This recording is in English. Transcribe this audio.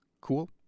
Cool